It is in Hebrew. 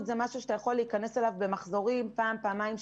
אפשרות של כניסה לכמה מחזורי בידוד.